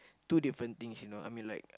two different things you know I mean like